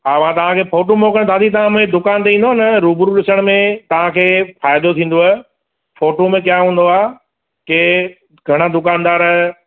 हा मां तव्हां खे फोटूं मोकिलियां दादी तव्हां मुंहिंजे दुकान ते ईंदव न रूबरू ॾिसण में तव्हां खे फ़ाइदो थींदुव फोटूअ में छा हूंदो आहे के घणा दुकानदार